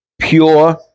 pure